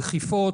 דחיפות,